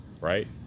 right